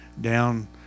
down